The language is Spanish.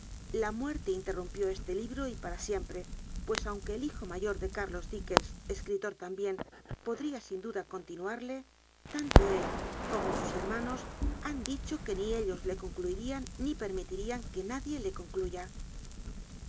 la muerte interrumpió este libro y para siempre pues aunque el hijo mayor de cúrlos dickens escritor tambien podría sin duda con liiiual'lc tanto él como sus hermanos han dicho que ni ellos le concluirán ni l crmitir án que nadie le concluya